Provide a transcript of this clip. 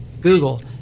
Google